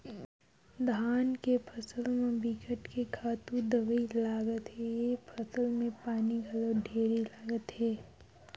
धान के फसल म बिकट के खातू दवई लागथे, ए फसल में पानी घलो ढेरे लागथे